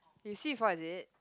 you see before is it